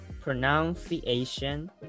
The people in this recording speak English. Pronunciation